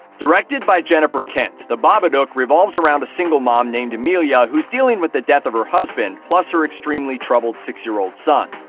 directed by jennifer kent, the babadook revolves around a single mom named amelia who's dealing with the death of her husband, plus her extremely troubled six-year-old son.